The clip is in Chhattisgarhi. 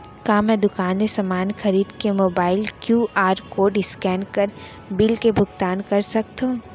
का मैं दुकान ले समान खरीद के मोबाइल क्यू.आर कोड स्कैन कर बिल के भुगतान कर सकथव?